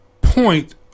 point